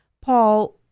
Paul